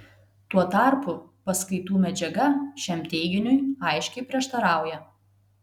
tuo tarpu paskaitų medžiaga šiam teiginiui aiškiai prieštarauja